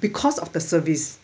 because of the service